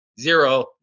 Zero